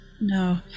No